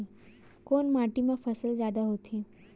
कोन माटी मा फसल जादा होथे?